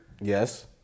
Yes